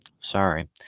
Sorry